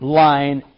line